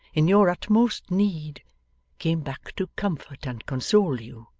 in your utmost need came back to comfort and console you